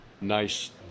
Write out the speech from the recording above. nice